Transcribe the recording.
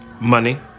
Money